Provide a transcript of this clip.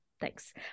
thanks